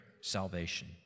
salvation